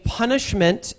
punishment